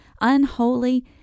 unholy